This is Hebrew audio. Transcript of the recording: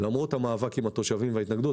למרות המאבק עם התושבים וההתנגדות.